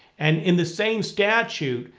and in the same statute,